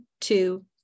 two